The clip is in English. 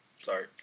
Sorry